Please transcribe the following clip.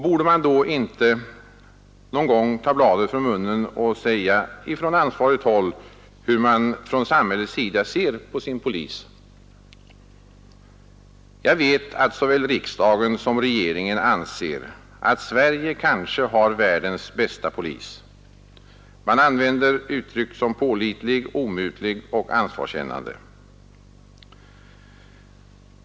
Borde man då inte någon gång ta bladet från munnen och från ansvarigt håll säga hur man från samhällets sida ser på sin polis. Jag vet att såväl riksdagen som regeringen anser att Sverige kanske har världens bästa polis; man använder uttryck som pålitlig, omutlig och ansvarskännande.